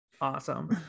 awesome